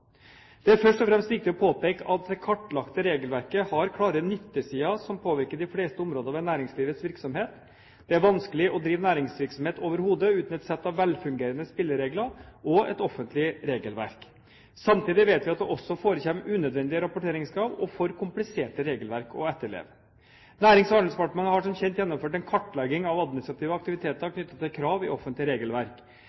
Det er først og fremst ikke påpekt at det kartlagte regelverket har klare nyttesider som påvirker de fleste områder ved næringslivets virksomhet. Det er vanskelig å drive næringsvirksomhet overhodet uten et sett av velfungerende spilleregler og et offentlig regelverk. Samtidig vet vi at det også forekommer unødvendige rapporteringskrav og for kompliserte regelverk å etterleve. Nærings- og handelsdepartementet har som kjent gjennomført en kartlegging av administrative aktiviteter